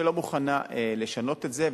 שלא מוכנה לשנות את זה,